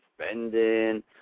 spending